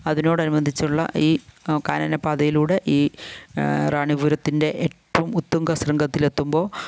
അതിനോട് അനുബന്ധിച്ചുള്ള ഈ കാനനപ്പാതയിലൂടെ ഈ റാണിപുരത്തിൻ്റെ ഏറ്റോം ഉത്തംഖ ശൃംഖത്തിലെത്തുമ്പോൾ